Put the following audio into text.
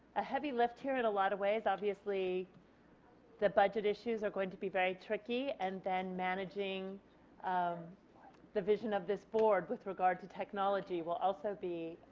a heavy lift here in a lot of ways. obviously the budget issues are going to be very tricky and then managing um the vision of this board with regard to technology will also be